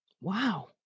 Wow